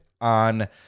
on